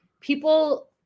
people